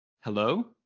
Hello